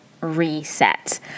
reset